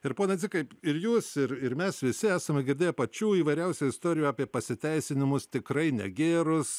ir pone dzikai ir jūs ir ir mes visi esame girdėję pačių įvairiausių istorijų apie pasiteisinimus tikrai negėrus